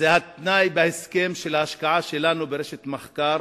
זה התנאי בהסכם של ההשקעה שלנו ברשת מחקר